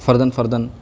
فرداً فرداً